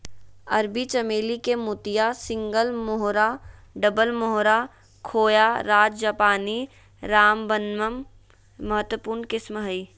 अरबी चमेली के मोतिया, सिंगल मोहोरा, डबल मोहोरा, खोया, राय जापानी, रामबनम महत्वपूर्ण किस्म हइ